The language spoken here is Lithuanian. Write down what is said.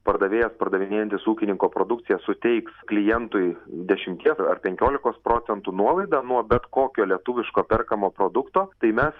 pardavėjas pardavinėjantis ūkininko produkciją suteiks klientui dešimties ar penkiolikos procentų nuolaidą nuo bet kokio lietuviško perkamo produkto tai mes